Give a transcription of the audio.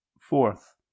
Fourth